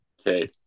Okay